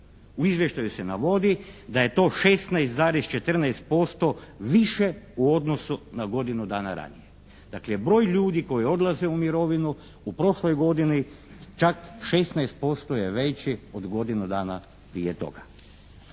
U izvještaju se navodi da je to 16,14% više u odnosu na godinu dana ranije. Dakle broj ljudi koji odlaze u mirovinu u prošloj godini čak 16 posto je veći od godinu dana prije toga.